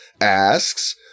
asks